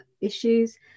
issues